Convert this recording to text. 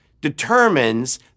determines